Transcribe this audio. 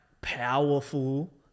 powerful